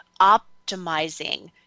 optimizing